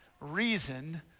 reason